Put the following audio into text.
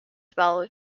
well